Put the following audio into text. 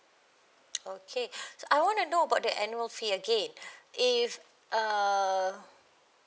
okay I wanna know about the annual fee again if uh